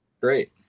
great